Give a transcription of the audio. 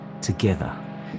together